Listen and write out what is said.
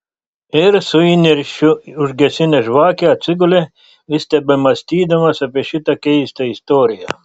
ir su įniršiu užgesinęs žvakę atsigulė vis tebemąstydamas apie šitą keistą istoriją